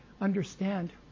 understand